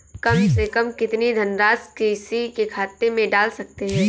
कम से कम कितनी धनराशि किसी के खाते में डाल सकते हैं?